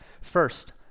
First